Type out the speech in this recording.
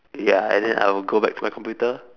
ya and then I will go back to my computer